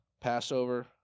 Passover